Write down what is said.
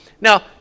Now